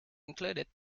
included